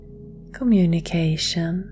communication